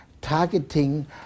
targeting